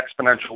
exponential